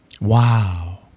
Wow